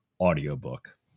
audiobook